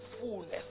fullness